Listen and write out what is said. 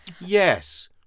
yes